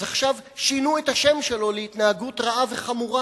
אז עכשיו שינו את השם שלו ל"התנהגות רעה וחמורה".